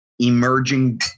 emerging